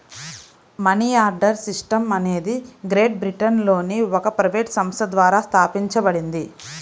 money order system అనేది great బ్రిటన్లోని ఒక ప్రైవేట్ సంస్థ ద్వారా స్థాపించబడింది